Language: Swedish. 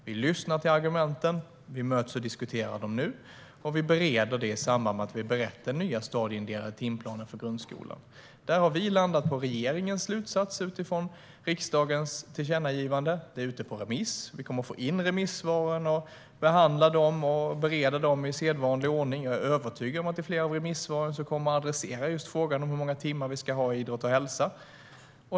Vi lyssnar till argumenten - vi möts och diskuterar dem nu - och vi bereder detta i samband med den nya stadieindelade timplanen för grundskolan, där vi har landat på regeringens slutsats utifrån riksdagens tillkännagivande. Den är ute på remiss, och vi kommer att få in remissvaren och bereda dem i sedvanlig ordning. Jag är övertygad om att flera av remissvaren kommer att adressera frågan om hur många timmar vi ska ha i idrott och hälsa.